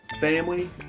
family